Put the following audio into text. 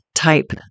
Type